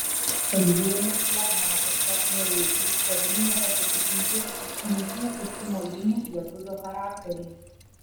tai lėmė flegmatišką neveiklų savimi nepasitikintį smulkių užsimojimų lietuvio charakterį